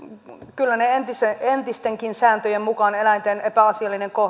kyllä niiden entistenkin sääntöjen mukaan eläinten epäasiallinen